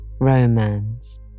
Romance